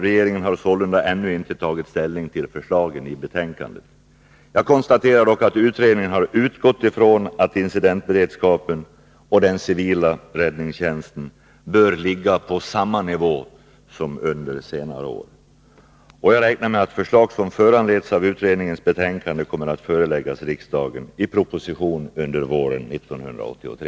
Regeringen har sålunda ännu inte tagit ställning till förslagen i betänkandet. Jag konstaterar dock att utredningen har utgått från att incidentberedskapen och den civila räddningstjänsten bör ligga på samma nivå som under senare år. Jag räknar med att förslag som föranleds av utredningens betänkande kommer att föreläggas riksdagen i proposition under våren 1983.